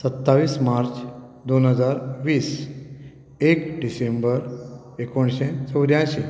सत्तावीस मार्च दोन हजार वीस एक डिसेंबर एकुणशे चवद्यांशी